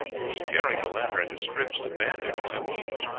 was tearing the latter into strips to bandage my wounds.